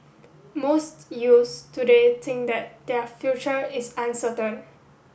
most youths today think that their future is uncertain